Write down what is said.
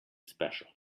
special